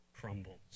crumbles